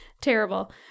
terrible